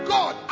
God